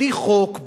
בלי חוק,